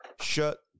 shut